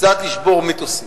קצת לשבור מיתוסים.